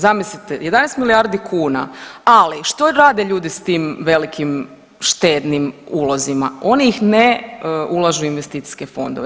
Zamislite, 11 milijardi kuna, ali što rade ljudi s tim velikim štednim ulozima, oni ih ne ulažu u investicijske fondove.